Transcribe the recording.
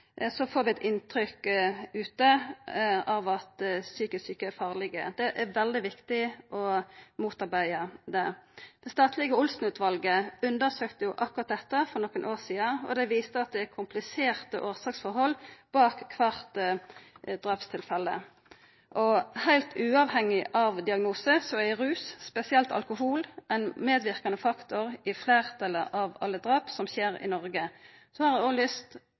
får vi eit inntrykk ute av at psykisk sjuke er farlege. Det er veldig viktig å motarbeida det. Det statlege Olsen-utvalet undersøkte akkurat dette for nokre år sidan, og dei viste at det er kompliserte årsaksforhold bak kvart drapstilfelle. Heilt uavhengig av diagnose, er rus, spesielt alkohol, ein medverkande faktor i fleirtalet av alle drap som skjer i Noreg. Eg har òg lyst